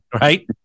right